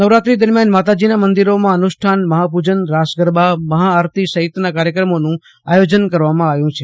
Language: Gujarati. નવરાત્રી દરમ્યાન માતાજીના મંદિરોમાં અનુષ્ઠાન મહાપૂજન રાસગરબામહાઆરતી સહિતના કાર્યક્રમોનું આયોજન કરવામાં આવ્યું છે